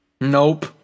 Nope